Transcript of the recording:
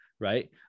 Right